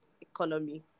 economy